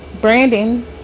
Brandon